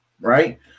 right